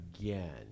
again